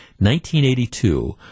1982